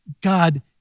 God